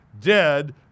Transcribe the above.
dead